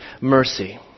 mercy